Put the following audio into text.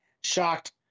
Shocked